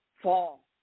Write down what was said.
Fall